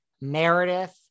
Meredith